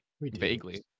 Vaguely